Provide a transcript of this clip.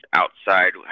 outside